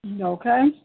Okay